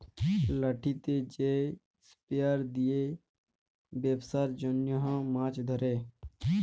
লাঠিতে যে স্পিয়ার দিয়ে বেপসার জনহ মাছ ধরে